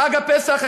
חג הפסח,